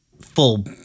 full